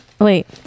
Wait